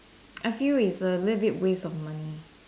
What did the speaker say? I see with a little bit waste of money